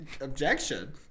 objection